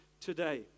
today